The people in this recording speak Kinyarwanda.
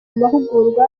amahugurwa